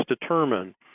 determine